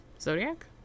Zodiac